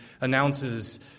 announces